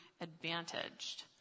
advantaged